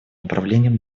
направлениям